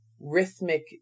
rhythmic